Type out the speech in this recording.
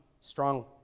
strong